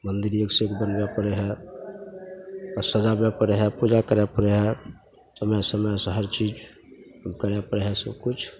मन्दिर एकसे एक बनबै पड़ै हइ आओर सजाबै पड़ै हइ पूजा करै पड़ै हइ समय समयसे हर चीज ओ करै पड़ै हइ सबकिछु